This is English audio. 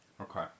Okay